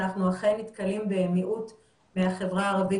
אנחנו אכן נתקלים במיעוט מהחברה הערבית